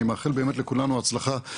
אני מאחל לכולנו הצלחה,